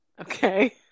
Okay